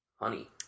Honey